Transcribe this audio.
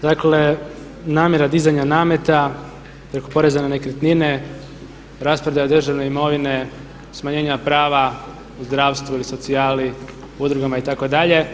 Dakle, namjera dizanja nameta preko poreza na nekretnine, rasprodaja državne imovine, smanjenja prava u zdravstvu ili socijali, udrugama itd.